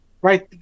Right